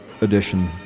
edition